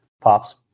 pops